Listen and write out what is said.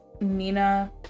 Nina